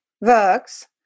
works